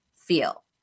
feel